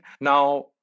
Now